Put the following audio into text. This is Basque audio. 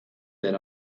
den